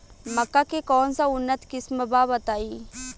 मक्का के कौन सा उन्नत किस्म बा बताई?